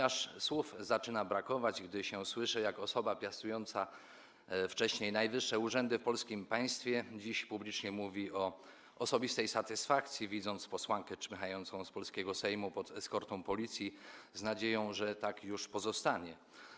Aż słów zaczyna brakować, gdy się słyszy, jak osoba piastująca wcześniej najwyższe urzędy w polskim państwie dziś publicznie mówi o osobistej satysfakcji, widząc posłankę czmychającą z polskiego Sejmu pod eskortą policji, z nadzieją, że tak już pozostanie.